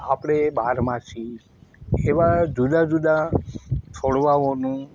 આપણે બારમાસી એવા જુદા જુદા છોડવાઓનું